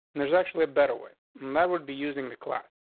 and there's actually a better way that would be using the class.